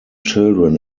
children